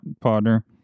partner